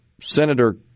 Senator